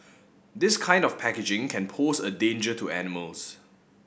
this kind of packaging can pose a danger to animals